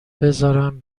بذارم